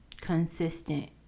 consistent